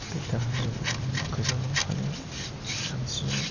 बे दाहारजों गोजावलांफानो सानस्रिनो